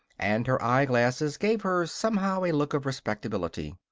and her eyeglasses gave her somehow a look of respectability.